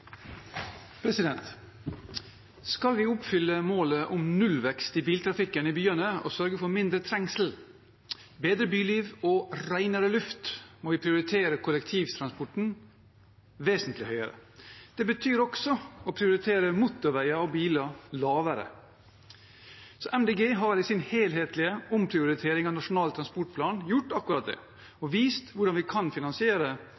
Skal vi oppfylle målet om nullvekst i biltrafikken i byene og sørge for mindre trengsel, bedre byliv og renere luft, må vi prioritere kollektivtransporten vesentlig høyere. Det betyr også å prioritere motorveier og biler lavere. Miljøpartiet De Grønne har i sin helhetlige omprioritering av Nasjonal transportplan gjort akkurat det